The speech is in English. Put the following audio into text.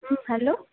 hello